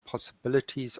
possibilities